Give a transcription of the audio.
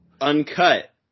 Uncut